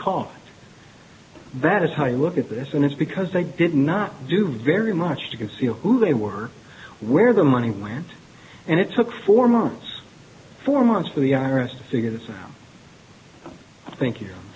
caught that is how you look at this and it's because they did not do very much to conceal who they were where the money went and it took four months four months for the arabs to figure this out thank you